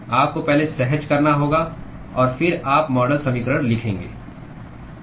आपको पहले सहज करना होगा और फिर आप मॉडल समीकरण लिखेंगे